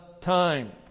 time